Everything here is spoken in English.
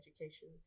education